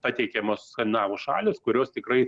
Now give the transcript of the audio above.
pateikiamos skandinavų šalys kurios tikrai